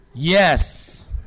Yes